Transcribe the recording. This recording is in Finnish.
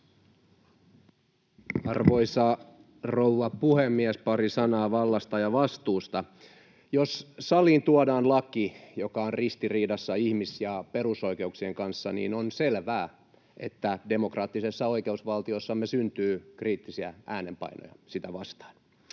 Arvoisa rouva puhemies! Pari sanaa vallasta ja vastuusta: Jos saliin tuodaan laki, joka on ristiriidassa ihmis- ja perusoikeuksien kanssa, niin on selvää, että demokraattisessa oikeusvaltiossamme syntyy kriittisiä äänenpainoja sitä vastaan.